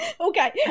Okay